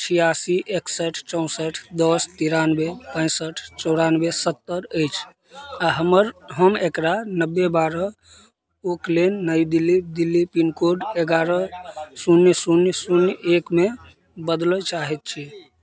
छियासी एकसठि चौसठ दस तिरानबे पैंसठि चौरानबे सत्तर अछि आओर हमर हम एकरा नब्बे बारह ओकलेन नइ दिल्ली दिल्ली पिन कोड एगारह शून्य शून्य शून्य एकमे बदलय चाहैत छी